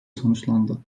sonuçlandı